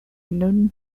known